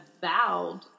vowed